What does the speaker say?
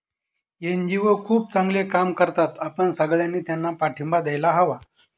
NGO खूप चांगले काम करतात, आपण सगळ्यांनी त्यांना पाठिंबा द्यायला हवा